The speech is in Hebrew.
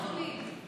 אדוני.